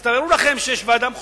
אז תארו לכם שיש ועדה מחוזית,